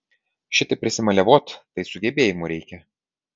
šitaip prisimaliavot tai sugebėjimų reikia